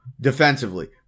defensively